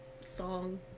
song